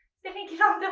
sydney get off